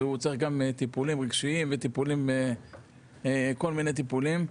שהוא צריך גם טיפולים רגשיים וכל מיני טיפולים.